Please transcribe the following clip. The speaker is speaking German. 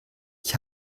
ich